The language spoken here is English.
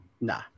Nah